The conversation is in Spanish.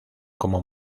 como